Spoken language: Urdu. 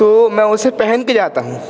تو میں اسے پہن کے جاتا ہوں